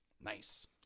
Nice